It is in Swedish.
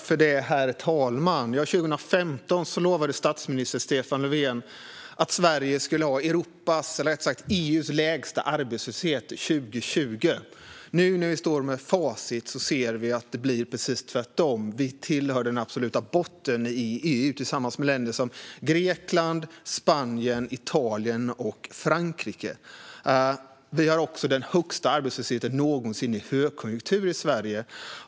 Herr talman! År 2015 lovade statsminister Stefan Löfven att Sverige skulle ha Europas, eller rättare sagt EU:s, lägsta arbetslöshet 2020. När vi nu står med facit ser vi att det blev precis tvärtom. Vi tillhör den absoluta botten tillsammans med länder som Grekland, Spanien, Italien och Frankrike. Vi har också den högsta arbetslösheten någonsin i högkonjunktur i Sverige.